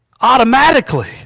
Automatically